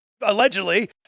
Allegedly